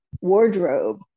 wardrobe